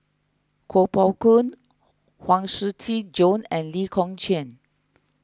Kuo Pao Kun Huang Shiqi Joan and Lee Kong Chian